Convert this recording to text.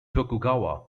tokugawa